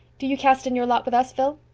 do you cast in your lot with us, phil?